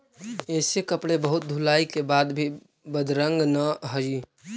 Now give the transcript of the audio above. ऐसे कपड़े बहुत धुलाई के बाद भी बदरंग न हई